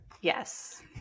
yes